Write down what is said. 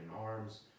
arms